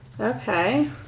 Okay